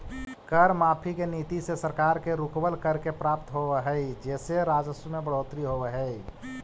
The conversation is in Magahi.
कर माफी के नीति से सरकार के रुकवल, कर के प्राप्त होवऽ हई जेसे राजस्व में बढ़ोतरी होवऽ हई